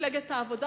מפלגת העבודה,